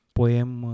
poem